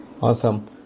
Awesome